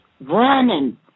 running